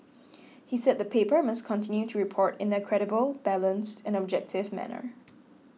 he said the paper must continue to report in a credible balanced and objective manner